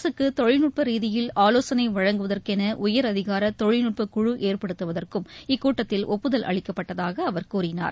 அரசுக்கு தொழில்நட்ப ரீதியில் ஆலோசனை வழங்குவதற்கென உயரதிகார தொழில்நட்பக்குழு ஏற்படுத்துவதற்கும் இக்கூட்டத்தில் ஒப்புதல் அளிக்கப்பட்டதாக அவர் கூறினார்